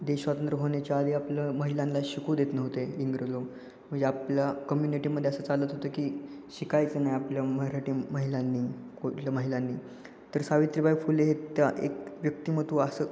देश स्वतंत्र होण्याच्या आधी आपलं महिलांना शिकू देत नव्हते इंग्रज लोक म्हणजे आपल्या कम्युनिटीमध्ये असं चालत होतं की शिकायचं नाही आपल्या मराठी महिलांनी कुठलं महिलांनी तर सावित्रीबाई फुले हे त्या एक व्यक्तिमत्व असं